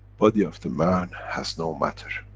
body of the man has no matter,